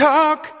Talk